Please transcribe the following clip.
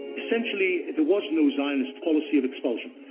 essentially, there was no zionist policy of expulsion,